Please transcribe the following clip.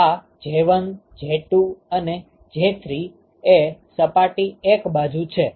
આ J1 J2 અને J3 એ સપાટી 1 બાજુ છે